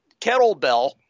kettlebell